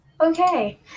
Okay